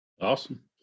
Awesome